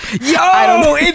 Yo